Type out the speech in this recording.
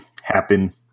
happen